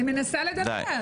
היא מנסה לדבר.